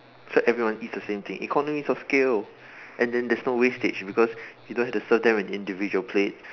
so everyone eats the same thing economies of scale and then there's no wastage because you don't have to serve them in individual plates